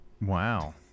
Wow